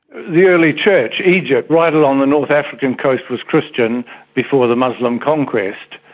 the early church, egypt, right along the north african coast was christian before the muslim conquest.